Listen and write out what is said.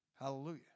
Hallelujah